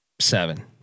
seven